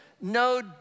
no